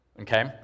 Okay